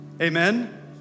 Amen